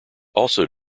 also